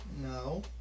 No